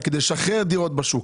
כדי לשחרר דירות בשוק.